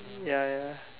ya